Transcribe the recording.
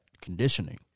conditioning